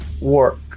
work